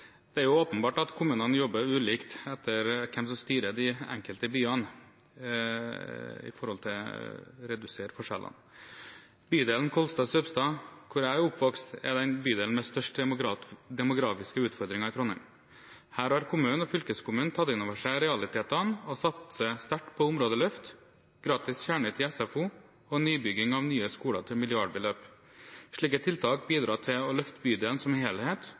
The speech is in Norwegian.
Det er åpenbart at kommunene jobber ulikt alt etter hvem som styrer i de enkelte byene, når det gjelder å redusere forskjellene. Bydelen Saupstad-Kolstad, der jeg har vokst opp, er den bydelen i Trondheim som har de største demografiske utfordringene. Her har kommunen og fylkeskommunen tatt inn over seg realitetene og satser sterkt på områdeløft, gratis kjernetid i SFO og nybygging av skoler til milliardbeløp. Slike tiltak bidrar til å løfte bydelen som helhet